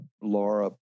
laura